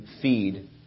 feed